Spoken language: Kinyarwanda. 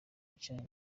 nshya